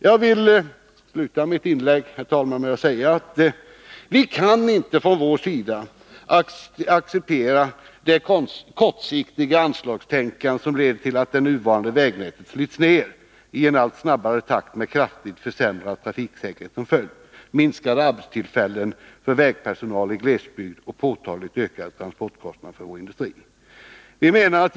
Jag vill, herr talman, sluta mitt inlägg med att säga att vi från vår sida inte kan acceptera det kortsiktiga anslagstänkande som leder till att det nuvarande vägnätet slits ned i allt snabbare takt, med kraftigt försämrad trafiksäkerhet, minskade arbetstillfällen för vägpersonalen i glesbygden och påtagligt ökade transportkostnader för vår industri som följd.